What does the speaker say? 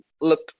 look